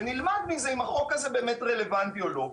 נלמד מזה אם החוק הזה באמת רלוונטי או לא.